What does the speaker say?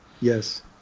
Yes